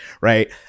right